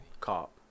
Cop